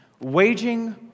waging